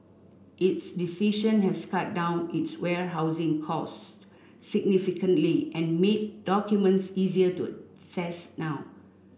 its decision has cut down its warehousing costs significantly and made documents easier to now